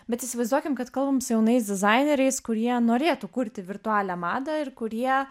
bet įsivaizduokim kad kalbam su jaunais dizaineriais kurie norėtų kurti virtualią madą ir kurie